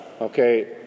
okay